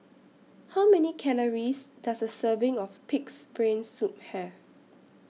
How Many Calories Does A Serving of Pig'S Brain Soup Have